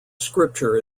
scripture